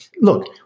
Look